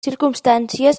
circumstàncies